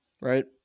right